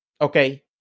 okay